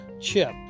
chip